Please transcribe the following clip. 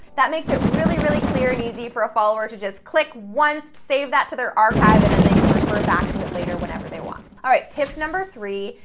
that makes it really, really clear and easy for a follower to just click once, save that to their archive, and then they can refer back to it later whenever they want. all right, tip number three,